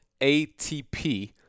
ATP